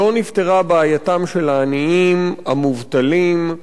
לא נפתרה בעייתם של העניים, המובטלים.